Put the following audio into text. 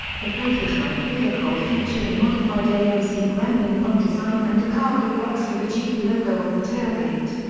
the prototype vehicle featured a modified amc gremlin front design and a cargo box with a jeep logo on the tailgate.